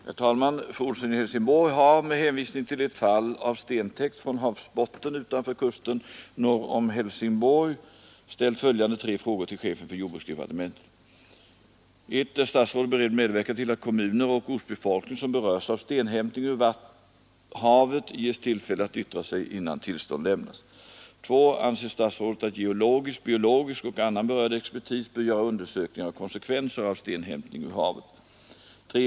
Herr talman! Fru Olsson i Helsingborg har, med hänvisning till ett fall av stentäkt från havsbotten utanför kusten norr om Helsingborg, ställt följande tre frågor till chefen för jordbruksdepartementet: 1. Är statsrådet beredd medverka till att kommuner och ortsbefolk ning som berörs av stenhämtning ur havet ges tillfälle att yttra sig innan tillstånd lämnas? Anser statsrådet att geologisk, biologisk och annan berörd expertis bör göra undersökningar av konsekvenser av stenhämtning ur havet? 3.